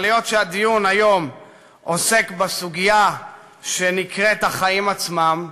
אבל היות שהדיון היום עוסק בסוגיה שנקראת החיים עצמם,